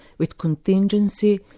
with contingency,